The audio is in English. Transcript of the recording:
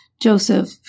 Joseph